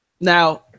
Now